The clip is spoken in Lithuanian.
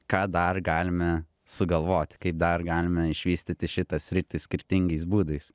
ką dar galime sugalvoti kaip dar galime išvystyti šitą sritį skirtingais būdais